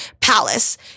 palace